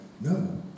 No